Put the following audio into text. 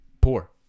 poor